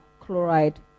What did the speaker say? chloride